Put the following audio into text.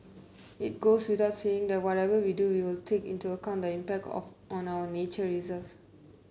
it goes without saying that whatever we do we will take into account the impact on our nature reserves